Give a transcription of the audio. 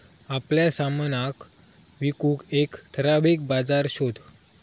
आपल्या सामनाक विकूक एक ठराविक बाजार शोध